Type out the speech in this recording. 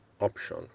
option